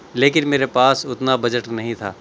لیکن میرے پاس اتنا بجٹ نہیں تھا